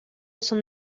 son